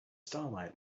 starlight